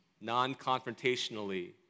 Non-confrontationally